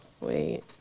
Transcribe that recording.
Wait